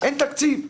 אין תקציב.